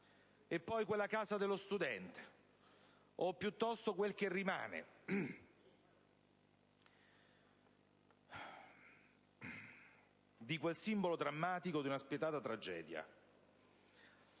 E poi, la Casa dello studente, o piuttosto quel che rimane di quel simbolo drammatico di una spietata tragedia.